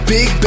Big